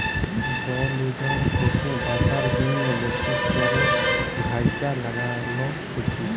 বল উজাড় থ্যাকে বাঁচার জ্যনহে বেশি ক্যরে গাহাচ ল্যাগালো উচিত